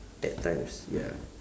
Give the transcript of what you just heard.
at times ya